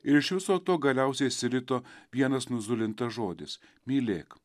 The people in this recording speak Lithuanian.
ir iš viso to galiausiai išsirito vienas nuzulintas žodis mylėk